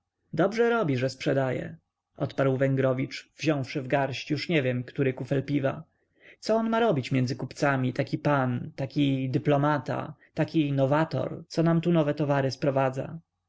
dobrze robi że sprzedaje odparł węgrowicz wziąwszy w garść już nie wiem który kufel piwa co on ma robić między kupcami taki pan taki dyplomata taki nowator co nam tu nowe towary sprowadza